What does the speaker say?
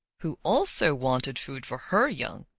who also wanted food for her young,